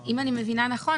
אם אני מבינה נכון,